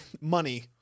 Money